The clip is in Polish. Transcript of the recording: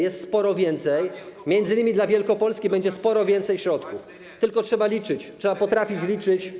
jest sporo więcej, m.in. dla Wielkopolski będzie sporo więcej środków, tylko trzeba potrafić liczyć.